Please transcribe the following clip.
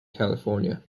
california